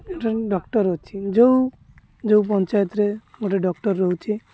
ଏଠାରେ ଡକ୍ଟର ଅଛି ଯେଉଁ ଯେଉଁ ପଞ୍ଚାୟତରେ ଗୋଟେ ଡକ୍ଟର ରହୁଛି